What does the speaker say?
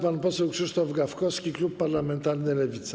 Pan poseł Krzysztof Gawkowski, klub parlamentarny Lewica.